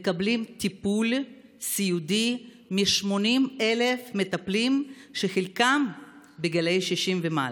מקבלים טיפול סיעודי מ-80,000 מטפלים שחלקם בגיל 60 ומעלה.